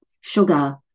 sugar